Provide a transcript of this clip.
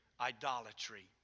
Idolatry